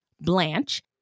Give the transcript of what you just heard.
Blanche